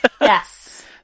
Yes